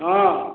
ହଁ